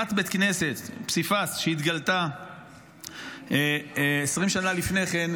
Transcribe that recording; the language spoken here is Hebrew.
ברצפת פסיפס של בית כנסת שהתגלתה 20 שנה לפני כן,